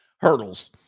hurdles